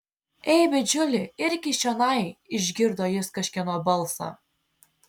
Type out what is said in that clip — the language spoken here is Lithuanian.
ei bičiuli irkis čionai išgirdo jis kažkieno balsą